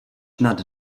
nad